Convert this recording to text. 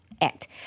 Act